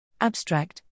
Abstract